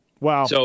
Wow